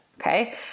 Okay